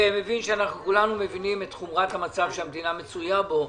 כולנו מבינים את חומרת המצב שהמדינה מצויה בו.